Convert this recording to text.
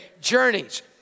journeys